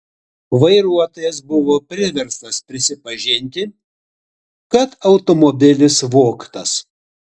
vairuotojas buvo priverstas prisipažinti kad automobilis vogtas